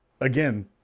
again